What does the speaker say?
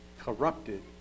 corrupted